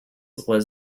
was